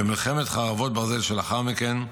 ומלחמת חרבות ברזל שלאחר מכן,